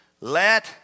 Let